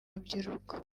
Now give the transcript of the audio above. rubyiruko